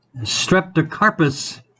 streptocarpus